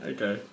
Okay